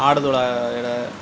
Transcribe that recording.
ஆடுதொடா இலை